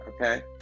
okay